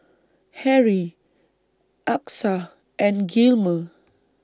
Harrie Achsah and Gilmer